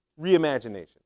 reimagination